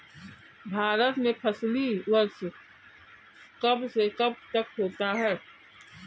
भारत में फसली वर्ष कब से कब तक होता है?